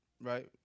right